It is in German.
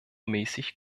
mäßig